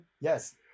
Yes